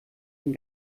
den